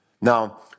Now